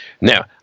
Now